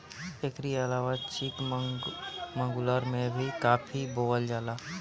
एकरी अलावा चिकमंगलूर में भी काफी के बोअल जाला